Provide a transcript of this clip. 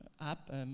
app